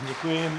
Děkuji.